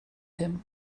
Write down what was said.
him